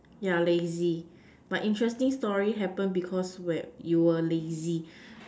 yeah lazy but interesting story happen because when you were lazy